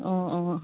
অঁ অঁ